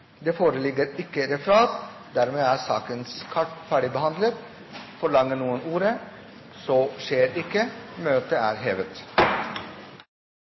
Det foreligger ikke noe referat. Dermed er dagens kart ferdigbehandlet. Forlanger noen ordet før møtet heves? – Møtet er hevet.